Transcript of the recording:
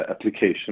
application